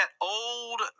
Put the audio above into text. old